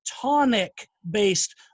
tonic-based